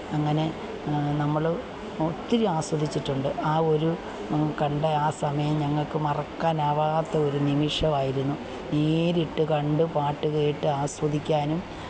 അങ്ങനെ നമ്മള് ഒത്തിരി അസ്വദിച്ചിട്ടുണ്ട് ആ ഒരു കണ്ടയാ സമയം ഞങ്ങള്ക്ക് മറക്കാനാവാത്ത ഒരു നിമിഷമായിരുന്നു നേരിട്ട് കണ്ട് പാട്ട് കേട്ട് ആസ്വദിക്കാനും